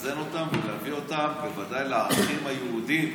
לאזן אותן, להביא אותן בוודאי לערכים היהודיים,